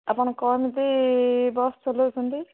ଆପଣ କ'ଣ ଏମିତି ବସ ଚଲାଉଛନ୍ତି